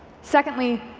secondly,